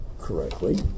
correctly